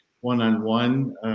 one-on-one